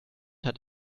hat